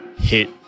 hit